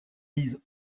mises